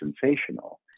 sensational